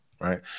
right